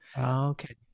okay